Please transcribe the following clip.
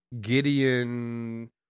Gideon